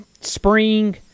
spring